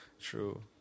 true